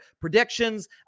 Predictions